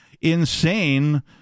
insane